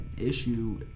issue